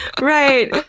right.